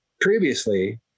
previously